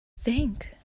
think